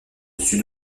sud